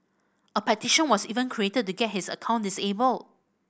a petition was even created to get his account disabled